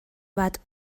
bat